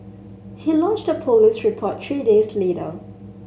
he lodged a police report three days later